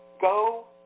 go